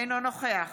אינו נוכח